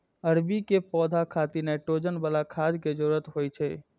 अरबी के पौधा खातिर नाइट्रोजन बला खाद के जरूरत होइ छै